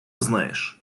знаєш